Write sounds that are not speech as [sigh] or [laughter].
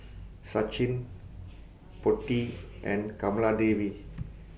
Sachin Potti [noise] and Kamaladevi